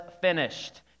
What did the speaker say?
finished